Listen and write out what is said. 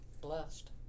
blessed